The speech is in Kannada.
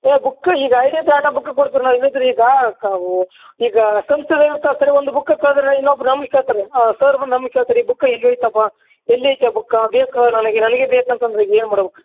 ಏಯ್ ಬುಕ್ಕ ಈಗ ಐ ಡಿ ತಗಂಡ್ರೆ ಬುಕ್ ಕೊಡ್ತೀರಿ ನಾವು ಇಲ್ದಿದ್ರೆ ಈಗ ಈಗ ಏನಂತಾರೆ ಸರಿ ಒಂದು ಬುಕ್ಕ ಕಳೆದ್ರೆ ಇನ್ನೊಬ್ರು ನಮ್ಗೆ ಕೇಳ್ತಾರೆ ಸರ್ ಬಂದು ನಮಗೆ ಕೇಳ್ತಾರೆ ಈ ಬುಕ್ಕ ಎಲ್ಲಿ ಐಯ್ತಪ್ಪ ಎಲ್ಲಿ ಐತೆ ಬುಕ್ಕಾ ಬೇಕು ನನಗೆ ನನಗೆ ಬೇಕಂತಂದ್ರೆ ಏನು ಮಾಡ್ಬೇಕ್